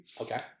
Okay